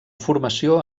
formació